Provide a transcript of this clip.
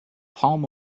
palm